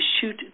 shoot